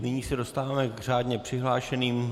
Nyní se dostáváme k řádně přihlášeným.